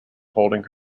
holding